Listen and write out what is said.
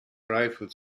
rifles